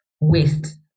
Waste